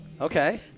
Okay